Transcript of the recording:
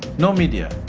no media.